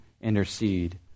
intercede